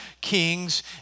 kings